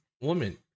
Woman